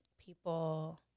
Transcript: people